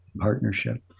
partnership